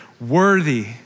worthy